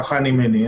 כך אני מניח.